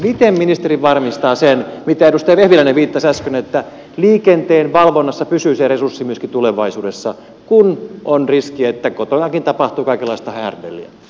miten ministeri varmistaa sen mihin edustaja vehviläinen viittasi äsken että liikenteenvalvonnassa pysyy se resurssi myöskin tulevaisuudessa kun on riski että kotonakin tapahtuu kaikenlaista härdelliä